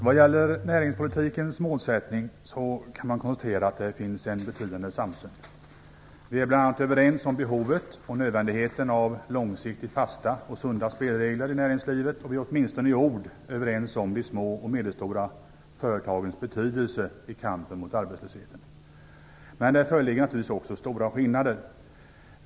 Herr talman! Vad gäller näringspolitikens målsättning kan man konstatera att det finns en betydande samsyn. Vi är bl.a. överens om behovet och nödvändigheten av långsiktigt fasta och sunda spelregler i näringslivet, och vi är åtminstone i ord överens om de små och medelstora företagens betydelse i kampen mot arbetslösheten. Men det föreligger naturligtvis också stora skillnader.